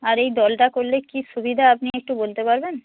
আর এই দলটা করলে কী সুবিধা আপনি একটু বলতে পারবেন